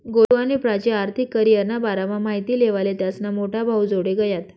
गोलु आणि प्राची आर्थिक करीयरना बारामा माहिती लेवाले त्यास्ना मोठा भाऊजोडे गयात